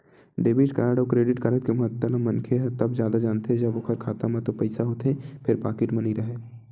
debit card अउ credit card के महत्ता ल मनखे ह तब जादा जानथे जब ओखर खाता म तो पइसा होथे फेर पाकिट म नइ राहय